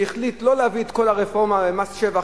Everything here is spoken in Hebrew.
שהחליט לא להביא את כל הרפורמה במס שבח